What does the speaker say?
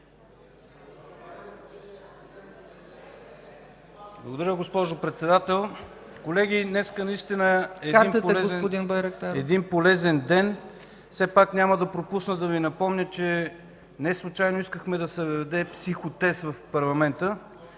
Благодаря, госпожо Председател. Колеги, днес наистина е полезен ден. Все пак няма да пропусна да Ви напомня, че не случайно искахме да се въведе психотест в парламента.